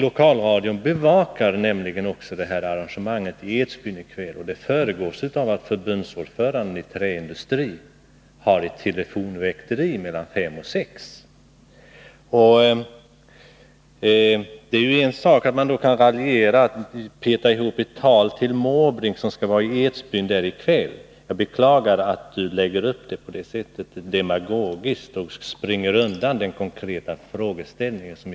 Lokalradion bevakar också detta arrangemang i Edsbyn i kväll. Och det föregås av att ordföranden i Träindustriarbetareförbundet har ett telefonväkteri mellan kl. 17.00 och 18.00. Det är en sak att man då kan raljera genom att tala om att ”peta ihop” ett tal till Bertil Måbrink, som skall vara i Edsbyn i kväll. Jag beklagar att arbetsmarknadsministern lägger upp debatten på detta demagogiska sätt och springer undan den konkreta fråga som jag ställde till honom.